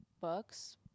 books